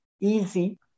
easy